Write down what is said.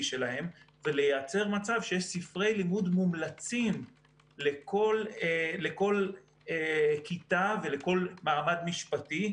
שלהם ולייצר מצב שיש ספרי לימוד מומלצים לכל כיתה ולכל מעמד משפטי.